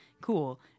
Cool